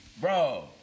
Bro